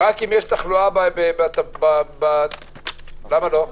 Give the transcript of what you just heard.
למה לא?